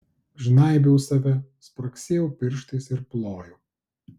žnaibiau save spragsėjau pirštais ir plojau